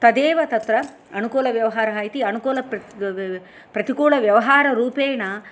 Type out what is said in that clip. तदेव तत्र अनुकूलव्यवहारः इति प्रतिकूलव्यवहाररूपेण